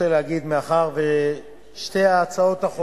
רוצה להגיד: מאחר ששני התיקונים,